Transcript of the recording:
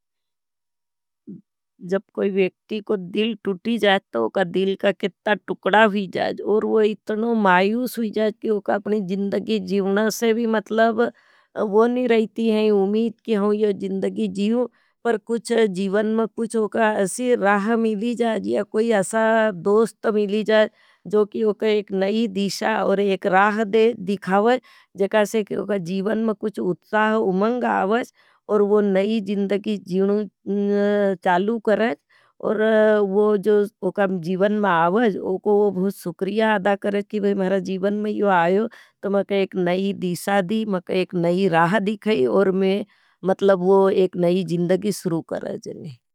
जब कोई वेक्ति को दिल तुटी जायते होगा, दिल का कित्ता टुकडा हुई जाएज। और वो इतनों मायूस हुई जाएज। क्योंका अपनी जिन्दगी जीवना से भी मतलब वो नहीं रहती हैं। उम्मेद की मैं ये ज़िन्दगी जीयू। पर कुछ जीवन मा कुछ ओखा रहा मिली जायेज। या कोई ऐसा दोस्त मिली जाये। जो की ओखा एक नई दिशा और एक राह दे दिखावे। जेखसे उका जीवन माँ उमंग आवास। और वो नई जिंदगी जीनू चालू कराए। और वो जो ओका जीवन माँ आवे। ओको वो बहुत सुक्रिया अदा कराए। की वह हमारा जीवन में यो आयो। तो महका एक नई दिशा दी। महका एक नई राह दिखाई। और मैं मतलब वो एक नई जिंदगी शुरू करा जायी।